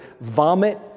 vomit